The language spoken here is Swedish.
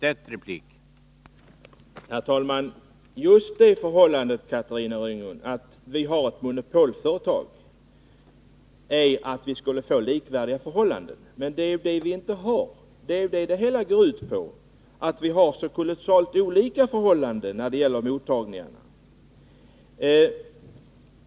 Herr talman! Just det förhållandet, Catarina Rönnung, att vi har ett monopolföretag borde medföra att vi skall ha likvärdiga förhållanden i hela landet. Men det är ju det vi inte har; vad det hela går ut på är ju just att vi har så kolossalt olika förhållanden när det gäller mottagningen.